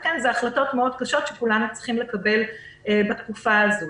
אלה החלטות קשות מאוד שכולנו צריכים לקבל בתקופה הזאת.